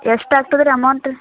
ಎಷ್ಟು ಆಗ್ತದೆ ರೀ ಅಮೌಂಟ್